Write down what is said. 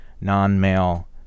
non-male